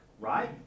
right